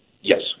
Yes